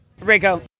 Rico